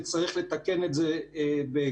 וצריך לתקן את זה בהקדם.